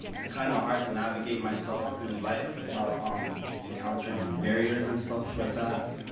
it's kind of hard to navigate myself through life without um encountering barriers and stuff like that.